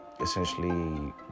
essentially